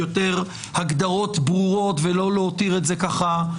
יותר הגדרות ברורות ולא להותיר את זה ככה,